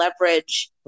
leverage